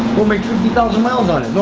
we'll make fifty thousand miles on